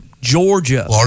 Georgia